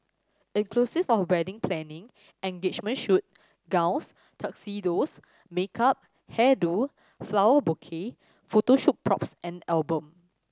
inclusive of wedding planning engagement shoot gowns tuxedos makeup hair do flower bouquet photo shoot props and album